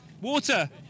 Water